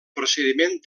procediment